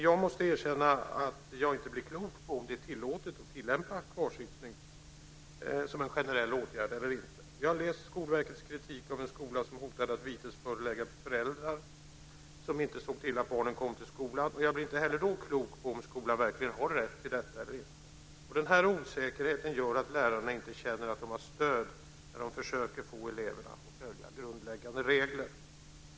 Jag måste erkänna att jag inte blir klok på om det är tillåtet att tillämpa kvarsittning som en generell åtgärd eller inte. Jag har läst Skolverkets kritik av en skola som hotade att vitesförelägga föräldrar som inte såg till att barnen kom till skolan. Jag blir inte heller då klok på om skolan verkligen har rätt till detta eller inte. Denna osäkerhet gör att lärarna inte känner att de har stöd när de försöker få eleverna att följa grundläggande regler.